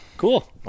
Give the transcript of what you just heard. Cool